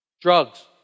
drugs